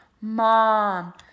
Mom